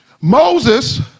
Moses